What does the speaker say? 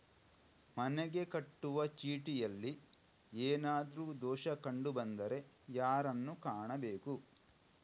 ಮನೆಗೆ ಕಟ್ಟುವ ಚೀಟಿಯಲ್ಲಿ ಏನಾದ್ರು ದೋಷ ಕಂಡು ಬಂದರೆ ಯಾರನ್ನು ಕಾಣಬೇಕು?